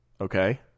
okay